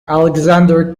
alexander